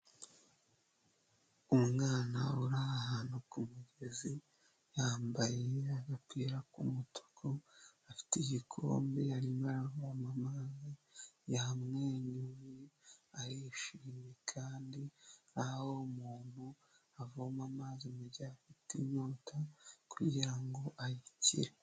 Umwana uri ahantu ku mugezi yambaye agapira ku mutuku, afite igikombe arimo aravoma amazi yamwenyuye, arishimye kandi aho umuntu avoma amazi mu gihe afite inkota kugirango ayikire.